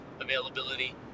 availability